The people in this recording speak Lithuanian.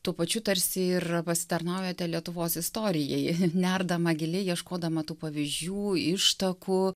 tuo pačiu tarsi ir pasitarnaujate lietuvos istorijai nerdama giliai ieškodama tų pavyzdžių ištakų